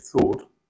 thought